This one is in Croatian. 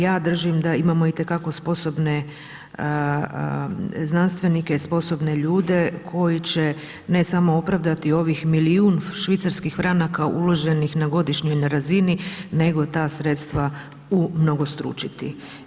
Ja držim da imamo itekako sposobne znanstvenike i sposobne ljude koji će ne samo opravdati ovih milijun švicarskih franaka uloženih na godišnjoj razini nego ta sredstva umnogostručiti.